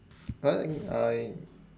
what uh you